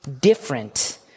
different